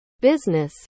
business